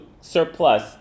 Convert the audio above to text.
surplus